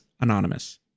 anonymous